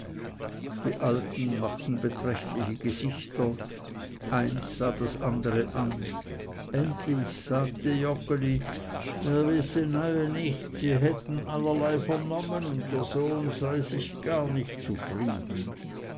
die alten machten beträchtliche gesichter eins sah das andere an endlich sagte joggeli er wisse neue nit sie hätten allerlei vernommen und der sohn sei sich neue gar nicht zufrieden